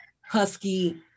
husky